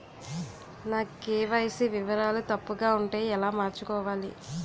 నా కే.వై.సీ వివరాలు తప్పుగా ఉంటే ఎలా మార్చుకోవాలి?